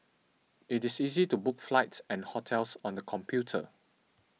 it is easy to book flights and hotels on a computer